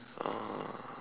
uh